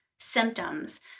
symptoms